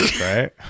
right